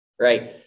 Right